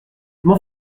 mon